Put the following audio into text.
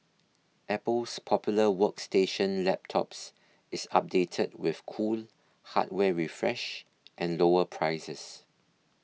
apple's popular workstation laptops is updated with cool hardware refresh and lower prices